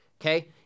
okay